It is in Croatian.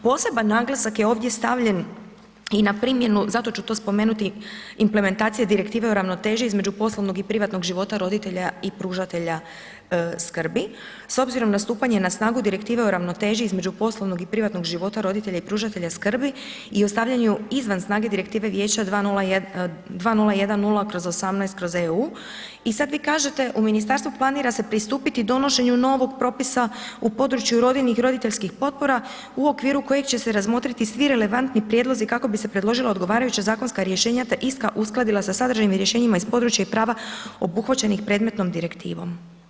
Poseban naglasak je ovdje stavljen i na primjenu, zato ću to spomenuti, implementaciju direktive o ravnoteži između poslovnog i privatnog života roditelja i pružatelja skrbi s obzirom na stupanje na snagu Direktive o ravnoteži između poslovnog i privatnog života roditelja i pružatelja skrbi i o stavljanju izvan snage Direktive vijeća 2010/18/EU i sad vi kažete, u ministarstvu planira se pristupiti donošenju novog propisa u području rodiljnih i roditeljskih potpora u okviru kojeg će se razmotriti svi relevantni prijedlozi kako bi se predložila odgovarajuća zakonska rješenja te uskladila sa sadržajem i rješenjima iz područja i prava obuhvaćenih predmetnom direktivom.